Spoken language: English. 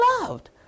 loved